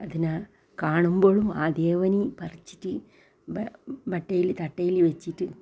അതിനെ കാണുമ്പോഴും ആ ദേവന് പറിച്ചിട്ട് വട്ടയിൽ തട്ടയിൽ വെച്ചിറ്റ്